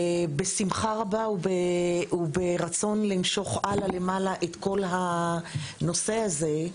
בשמחה רבה וברצון למשוך הלאה ולמעלה את כל הנושא הזה.